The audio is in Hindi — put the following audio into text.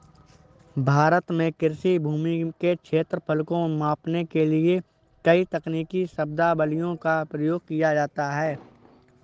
भारत में कृषि भूमि के क्षेत्रफल को मापने के लिए कई तकनीकी शब्दावलियों का प्रयोग किया जाता है